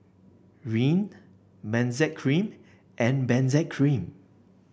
Rene Benzac Cream and Benzac Cream